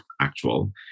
actual